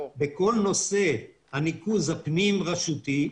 כל נושא הניקוז הפנים רשותי,